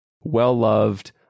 well-loved